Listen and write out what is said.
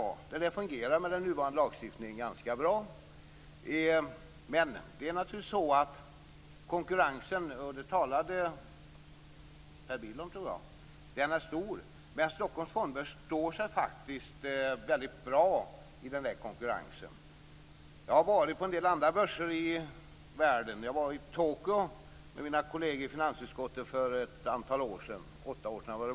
Den nuvarande lagstiftningen fungerar ganska bra. Konkurrensen är stor. Det talade Per Bill om. Men Stockholms Fondbörs står sig bra i konkurrensen. Jag har besökt en del andra börser i världen. Jag var i Tokyo tillsammans med mina kolleger i finansutskottet för ungefär åtta år sedan.